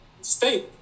state